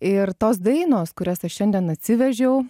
ir tos dainos kurias aš šiandien atsivežiau